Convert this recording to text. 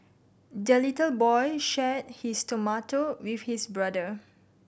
the little boy shared his tomato with his brother